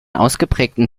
ausgeprägten